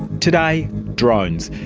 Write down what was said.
today, drones.